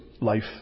life